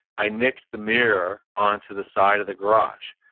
i nicked the mirror onto the side of the garage.